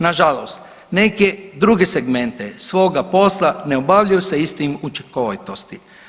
Nažalost neke druge segmente svoga posla ne obavljaju sa istim učinkovitosti.